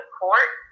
court